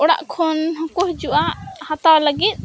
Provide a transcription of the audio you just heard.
ᱚᱲᱟᱜ ᱠᱷᱚᱱ ᱦᱚᱸᱠᱚ ᱦᱤᱡᱩᱜᱼᱟ ᱦᱟᱛᱟᱣ ᱞᱟᱹᱜᱤᱫ